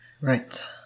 Right